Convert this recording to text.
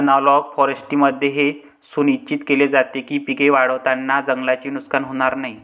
analogue फॉरेस्ट्रीमध्ये हे सुनिश्चित केले जाते की पिके वाढवताना जंगलाचे नुकसान होणार नाही